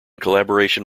collaboration